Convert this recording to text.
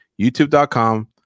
youtube.com